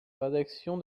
rédaction